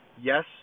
Yes